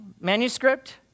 manuscript